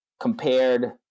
compared –